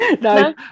No